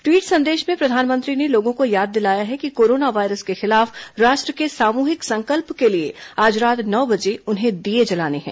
tweet संदेश में प्रधानमंत्री ने लोगों को याद दिलाया है कि कोरोना वायरस के खिलाफ राष्ट्र के सामूहिक संकल्प के लिए आज रात नौ बजे उन्हें दीये जलाने हैं